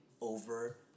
over